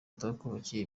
batwubakiye